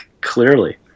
Clearly